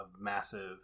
massive